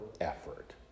effort